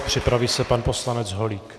Připraví se pan poslanec Holík.